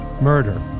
murder